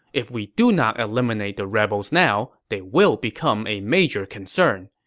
if we do not eliminate the rebels now, they will become a major concern.